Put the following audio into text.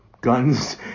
guns